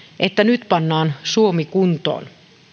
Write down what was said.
että nyt pannaan suomi kuntoon